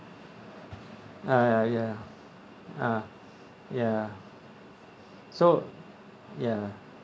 ah ya ya ah ya so ya